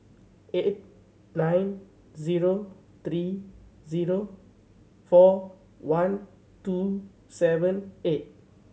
eight nine zero three zero four one two seven eight